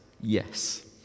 yes